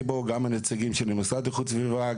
בו עם הנציגים של המשרד לאיכות הסביבה,